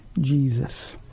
Jesus